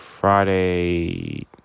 Friday